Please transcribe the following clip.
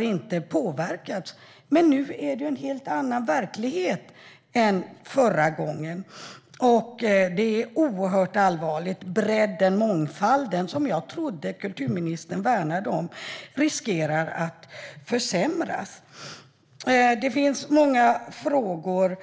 inte påverkades. Men nu är det en helt annan verklighet än förra gången. Det är oerhört allvarligt. Bredden och mångfalden, som jag trodde att kulturministern värnade om, riskerar att försämras. Det finns många frågor.